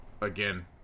Again